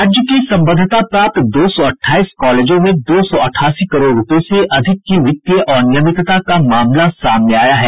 राज्य के संबद्धता प्राप्त दो सौ अठाईस कॉलेजों में दो सौ अठासी करोड़ रूपये से अधिक की वित्तीय अनियमितता का मामला सामने आया है